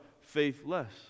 Faithless